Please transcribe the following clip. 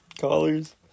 callers